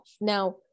Now